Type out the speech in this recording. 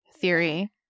theory